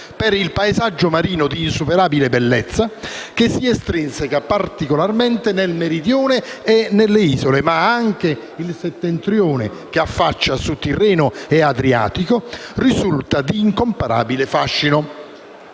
per il paesaggio marino di insuperabile bellezza, che si estrinseca particolarmente nel Meridione e nelle isole, ma anche il Settentrione, che affaccia sul Tirreno e sull'Adriatico, risulta di incomparabile fascino.